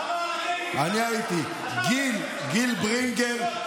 קשקוש מוחלט.